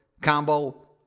Combo